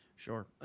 Sure